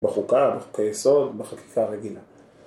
בחוקה, בחוקי היסוד, בחקיקה רגילה.